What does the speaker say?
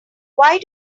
why